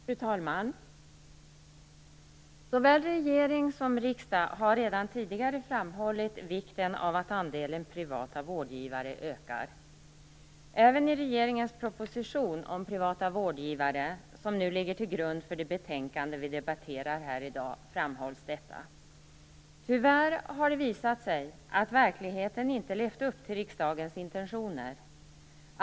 Fru talman! Såväl regering som riksdag har redan tidigare framhållit vikten av att andelen privata vårdgivare ökar. Även i regeringens proposition om privata vårdgivare, som nu ligger till grund för det betänkande som vi i dag debatterar, framhålls detta. Tyvärr har det visat sig att man i verkligheten inte har levt upp till riksdagens intentioner.